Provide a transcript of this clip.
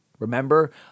Remember